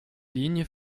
ligne